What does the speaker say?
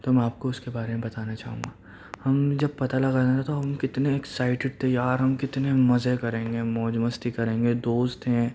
تو میں آپ کو اس کے بارے میں بتانا چاہوں گا ہم جب پتہ لگا نا تو ہم کتنے اکسائٹیڈ تھے یار ہم کتنے مزے کریں گے موج مستی کریں گے دوست ہیں